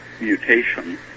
mutation